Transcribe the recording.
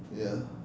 ya